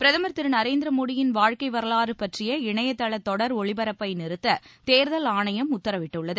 பிரதமர் திரு நரேந்திர மோடியின் வாழ்க்கை வரலாறு பற்றிய இணையதள தொடர் ஒளிபரப்பை நிறுத்த தேர்தல் ஆணையம் உத்தரவிட்டுள்ளது